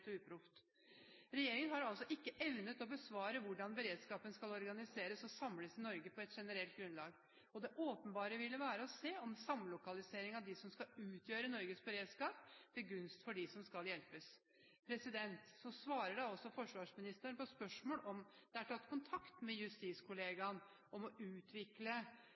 og uproft. Regjeringen har altså ikke evnet å besvare hvordan beredskapen skal organiseres og samles i Norge på et generelt grunnlag. Det åpenbare ville være å se om samlokalisering av dem som skal utgjøre Norges beredskap, er til gunst for dem som skal hjelpes. På spørsmål om det er tatt kontakt med justiskollegaen om å utvikle